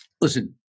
listen